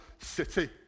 city